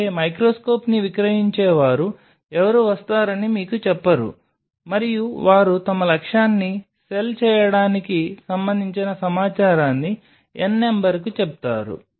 అంటే మైక్రోస్కోప్ని విక్రయించే వారు ఎవరూ వస్తారని మీకు చెప్పరు మరియు వారు తమ లక్ష్యాన్ని సెల్ చేయడానికి సంబంధించిన సమాచారాన్ని n నంబర్కు చెబుతారు